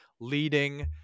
leading